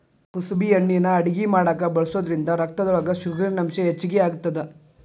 ಕುಸಬಿ ಎಣ್ಣಿನಾ ಅಡಗಿ ಮಾಡಾಕ ಬಳಸೋದ್ರಿಂದ ರಕ್ತದೊಳಗ ಶುಗರಿನಂಶ ಹೆಚ್ಚಿಗಿ ಆಗತ್ತದ